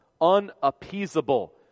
unappeasable